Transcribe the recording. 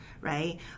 right